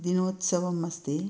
दिनोत्सवम् अस्ति